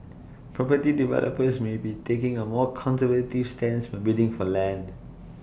property developers may be taking A more conservative stance when bidding for land